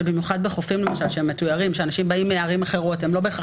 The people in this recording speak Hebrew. במיוחד בחופים שהם מתויירים שאליהם אנשים באים מערים אחרות ולא בהכרח